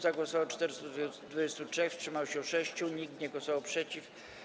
Za głosowało 423, wstrzymało się 6, nikt nie głosował przeciw.